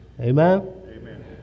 Amen